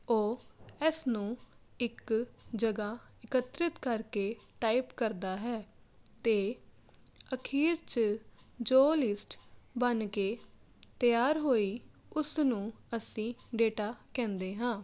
ਉਹ ਇਸ ਨੂੰ ਇੱਕ ਜਗ੍ਹਾ ਇਕੱਤ੍ਰਿਤ ਕਰਕੇ ਟਾਈਪ ਕਰਦਾ ਹੈ ਅਤੇ ਅਖੀਰ 'ਚ ਜੋ ਲਿਸਟ ਬਣ ਕੇ ਤਿਆਰ ਹੋਈ ਉਸ ਨੂੰ ਅਸੀਂ ਡੇਟਾ ਕਹਿੰਦੇ ਹਾਂ